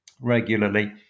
regularly